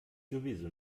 sowieso